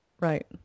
Right